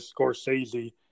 Scorsese